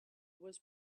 was